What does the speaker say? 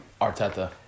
Arteta